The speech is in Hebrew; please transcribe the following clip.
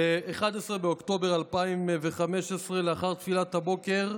ב-11 באוקטובר 2015, לאחר תפילת הבוקר,